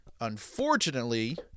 Unfortunately